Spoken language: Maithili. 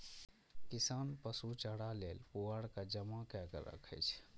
किसान पशु चारा लेल पुआर के जमा कैर के राखै छै